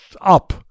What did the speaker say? up